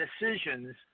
decisions